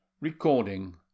Recording